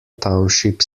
township